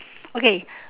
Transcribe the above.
okay